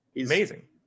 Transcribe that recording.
Amazing